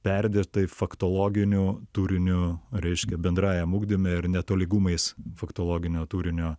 perdėtai faktologiniu turiniu reiškia bendrajam ugdyme ir netolygumais faktologinio turinio